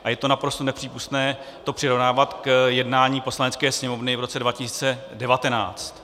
A je naprosto nepřípustné to přirovnávat k jednání Poslanecké sněmovny v roce 2019.